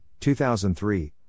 2003